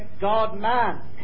God-man